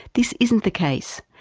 this isn't the case,